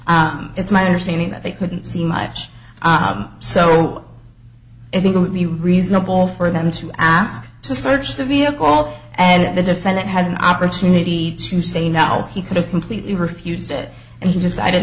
it's my understanding that they couldn't see much so i think it would be reasonable for them to ask to search the vehicle and the defendant had an opportunity to say now he could have completely refused it and he decided